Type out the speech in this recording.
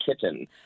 kitten